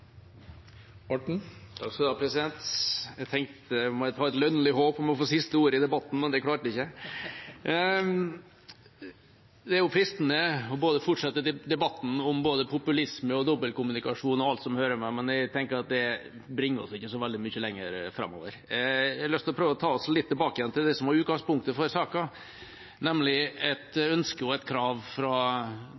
Jeg hadde et lønnlig håp om å få siste ord i debatten, men det klarte jeg ikke. Det er fristende å fortsette debatten både om populisme og dobbeltkommunikasjon og alt som hører med, men jeg tenker at det bringer oss ikke så veldig mye lenger framover. Jeg har lyst til å prøve å ta oss litt tilbake til det som var utgangspunktet for saken, nemlig et